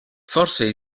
forse